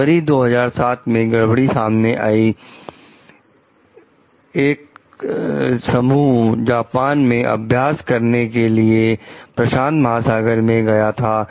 फरवरी 2007 में गड़बड़ी सामने आई रैपटर का एक समूह जापान में अभ्यास करने के लिए प्रशांत महासागर में गया था